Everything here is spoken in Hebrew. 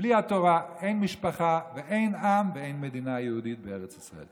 בלי התורה אין משפחה ואין עם ואין מדינה יהודית בארץ ישראל.